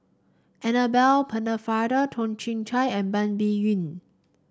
Annabel Pennefather Toh Chin Chye and Ban Biyun